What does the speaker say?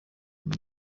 nka